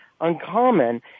uncommon